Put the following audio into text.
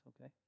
Okay